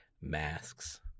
masks